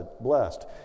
blessed